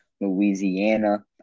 Louisiana